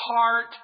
heart